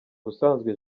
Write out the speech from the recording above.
ubusanzwe